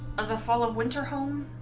of the following winter home